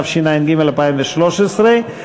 התשע"ג 2013,